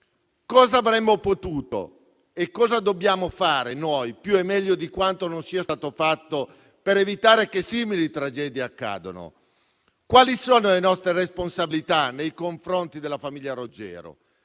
Cosa avremmo potuto e cosa dobbiamo fare noi più e meglio di quanto non sia stato fatto per evitare che simili tragedie accadano? Quali sono le nostre responsabilità nei confronti della famiglia Roggero?